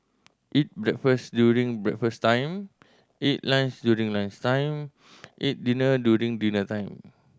eat breakfast during breakfast time eat lunch during lunch time eat dinner during dinner time